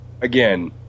Again